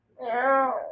No